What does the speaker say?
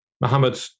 Muhammad